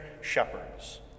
shepherds